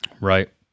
right